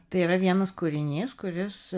tai yra vienas kūrinys kuris